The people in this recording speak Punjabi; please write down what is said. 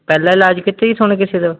ਪਹਿਲਾਂ ਇਲਾਜ ਕੀਤਾ ਜੀ ਥੋਨੇ ਕਿਸੇ ਦਾ